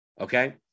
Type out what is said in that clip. Okay